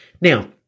Now